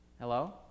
Hello